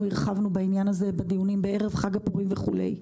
נלחמנו בעניין הזה בדיונים בערב חג הפורים וכולי.